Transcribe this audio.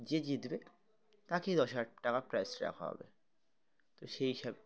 যে জিতবে তাকেই দশ হাজার টাকা প্রাইজ রাখা হবে তো সেই হিসাবে